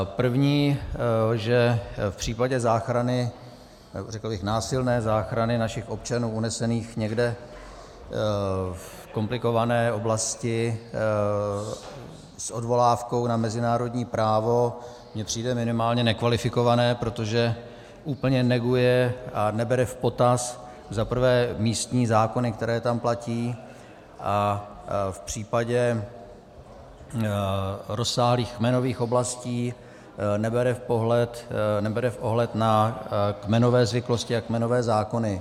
První, že v případě záchrany, řekl bych násilné záchrany našich občanů unesených někde v komplikované oblasti s odvolávkou na mezinárodní právo mi přijde minimálně nekvalifikované, protože úplně neguje a nebere v potaz za prvé místní zákony, které tam platí, a v případě rozsáhlých kmenových oblastí nebere ohled na kmenové zvyklosti a kmenové zákony.